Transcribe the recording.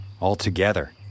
Altogether